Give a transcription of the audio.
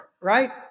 right